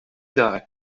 die